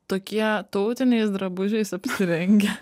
tokie tautiniais drabužiais apsirengę